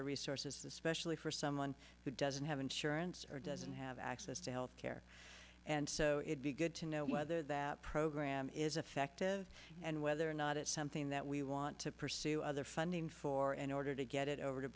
of resources especially for someone who doesn't have insurance or doesn't have access to health care and so it be good to know whether that program is effective and whether or not it's something that we want to pursue other funding for an order to get it over to